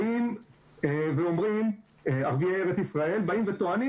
באים ואומרים ערביי ישראל, באים וטוענים